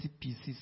pieces